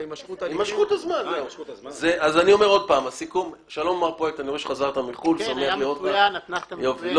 לכן הלכנו למתווה מאוד מצומצם ומצמצם, ושם נישאר.